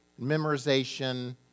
memorization